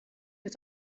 was